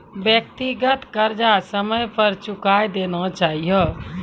व्यक्तिगत कर्जा समय पर चुकाय देना चहियो